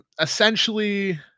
essentially